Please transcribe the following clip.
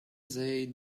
they